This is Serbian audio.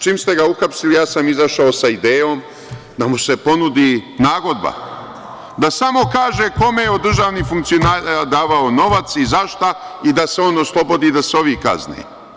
Čim ste ga uhapsili ja sam izašao sa idejom da mu se ponudi nagodba - da samo kaže kome je od državnih funkcionera davao novac i za šta i da se on oslobodi, a da se ovi kazne.